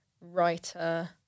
writer